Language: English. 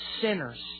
sinners